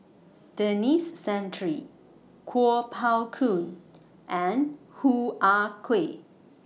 Denis Santry Kuo Pao Kun and Hoo Ah Kay